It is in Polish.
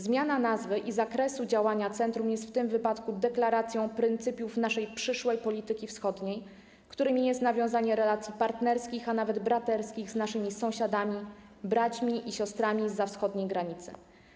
Zmiana nazwy i zakresu działania centrum jest w tym wypadku deklaracją pryncypiów naszej przyszłej polityki wschodniej, którymi jest nawiązanie relacji partnerskich, a nawet braterskich z naszymi sąsiadami, braćmi i siostrami zza wschodniej granicy.